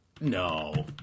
No